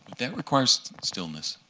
that requires stillness.